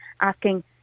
asking